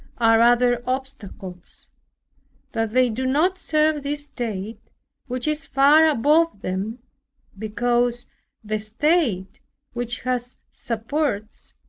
are rather obstacles that they do not serve this state which is far above them because the state which has supports,